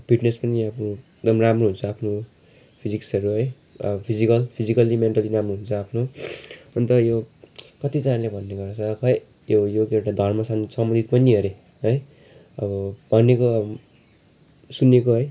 fitness पनि अब एकदम राम्रो हुन्छ आफ्नो फिजिक्सहरू है फिजिकल फिजिकल्ली मेन्टल्ली राम्रो हुन्छ आफ्नो अन्त यो कतिजनाले भन्ने गर्छ खोई यो योग एउटा धर्म सम्बन्धित पनि अरे है अब भनिएको अब सुनिएको है